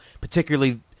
particularly